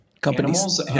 companies